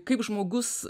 kaip žmogus